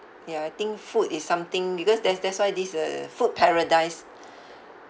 ya I think food is something because that's that's why this uh food paradise